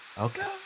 Okay